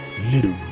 little